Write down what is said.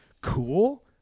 cool